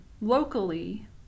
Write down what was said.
Locally